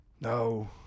No